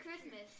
Christmas